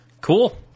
Cool